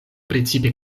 precipe